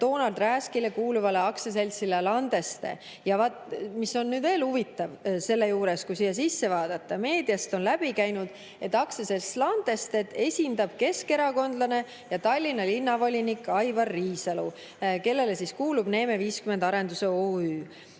Toonart Rääskile kuuluvale aktsiaseltsile Landeste. Ja mis on nüüd veel huvitav selle juures, kui siia sisse vaadata. Meediast on läbi käinud, et aktsiaseltsi Landeste esindab keskerakondlane ja Tallinna linnavolinik Aivar Riisalu, kellele kuulub Neeme 50 Arenduse OÜ.